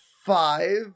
five